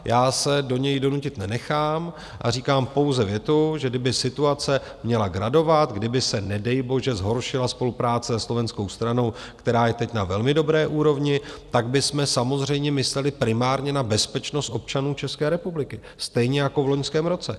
Já se do něj donutit nenechám a říkám pouze větu, že kdyby situace měla gradovat, kdyby se nedejbože zhoršila spolupráce se slovenskou stranou, která je teď na velmi dobré úrovni, tak bychom samozřejmě mysleli primárně na bezpečnost občanů České republiky, stejně jako v loňském roce.